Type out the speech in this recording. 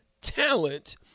talent